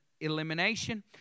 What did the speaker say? elimination